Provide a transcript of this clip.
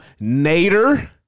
Nader